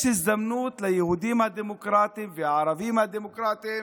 יש הזדמנות ליהודים הדמוקרטים והערבים הדמוקרטים,